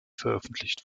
veröffentlicht